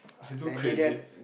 I do crazy